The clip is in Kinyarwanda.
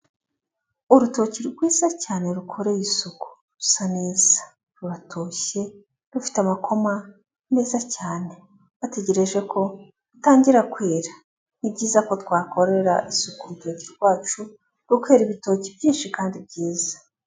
Urutoki rwiza cyane rukoreye isuku rusa neza, ruratoshye, rufite amakoma meza cyane. Bategereje ko rutangira kwera. Ni byiza ko twakorera isuku urutoki rwacu, rukera ibitoki byinshi kandi byiza.